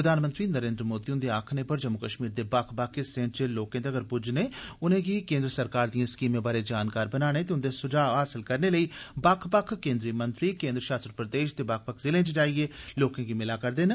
प्रधानमंत्री नरेन्द्र मोदी हुन्दे आक्खने पर जम्मू कश्मीर दे बक्ख बक्ख हिस्सें च लोकें तगर पूज्जने उनेंगी केन्द्र सरकार दिएं स्कीमें बारै जानकार बनाने ते उन्दे सुझाव हासल करने लेई बक्ख बक्ख केन्द्री मंत्री केन्द्र शासत प्रदेश दे बक्ख बक्ख जिलें च जाइयै लोकें गी मिला करदे न